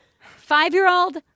Five-year-old